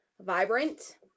vibrant